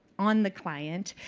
on the client,